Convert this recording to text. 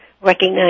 Recognize